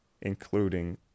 including